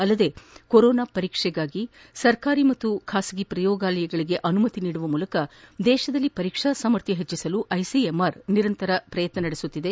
ಅಲ್ಲದೇ ಕೊರೊನಾ ಪರೀಕ್ಷೆ ನಡೆಸಲು ಸರ್ಕಾರಿ ಹಾಗೂ ಖಾಸಗಿ ಪ್ರಯೋಗಾಲಯಗಳಗೆ ಅನುಮತಿ ನೀಡುವ ಮೂಲಕ ದೇಶದಲ್ಲಿ ಪರೀಕ್ಷಾ ಸಾಮರ್ಥ್ನ ಹೆಚ್ಚಿಸಲು ಐಸಿಎಂಆರ್ ನಿರಂತರ ಪ್ರಯತ್ನ ನಡೆಸುತ್ತಿದೆ